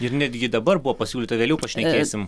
ir netgi dabar buvo pasiūlyta vėliau pašnekėsim